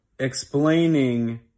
Explaining